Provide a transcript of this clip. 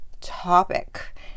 topic